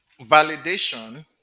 validation